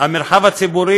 תן תשובה